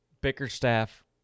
Bickerstaff